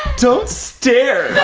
don't stare!